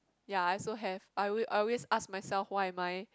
ya I also have I alway always ask myself why am I